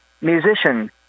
Musician